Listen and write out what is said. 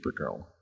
Supergirl